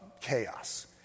chaos